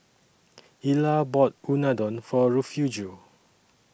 Ilah bought Unadon For Refugio